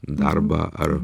darbą ar